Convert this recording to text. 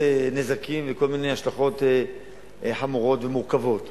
נזקים וכל מיני השלכות חמורות ומורכבות.